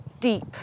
deep